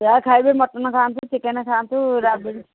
ଯାହା ଖାଇବେ ମଟନ୍ ଖାଆନ୍ତୁ ଚିକେନ୍ ଖାଆନ୍ତୁ ରାବିଡ଼ି